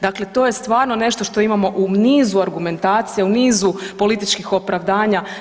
Dakle, to je stvarno nešto što imamo u nizu argumentacija, u nizu političkih opravdanja.